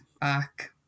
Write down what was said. back